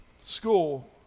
school